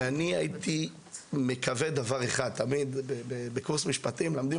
אני מקווה לדבר אחד בקורס משפטים מלמדים